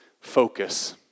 focus